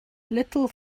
little